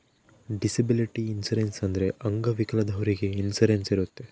disability insurance ಅಂದ್ರೆ ಅಂಗವಿಕಲದವ್ರಿಗೆ insurance ಇರುತ್ತೆ